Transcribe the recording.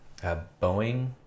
Boeing